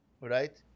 right